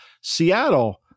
Seattle—